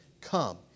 come